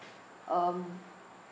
um